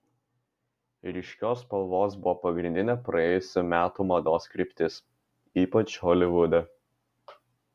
ryškios spalvos buvo pagrindinė praėjusių metų mados kryptis ypač holivude